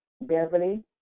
Beverly